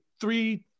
three